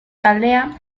taldea